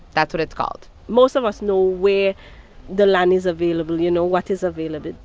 that's what it's called most of us know where the land is available you know, what is available.